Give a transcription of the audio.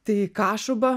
tai kašuba